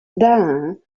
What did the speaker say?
there